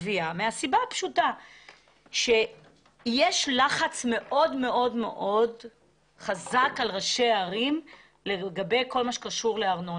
הגבייה כי יש לחץ מאוד מאוד חזק על ראשי הערים לגבי ארנונה,